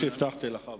כפי שהבטחתי לך,